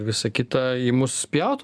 visa kita į mus spjaut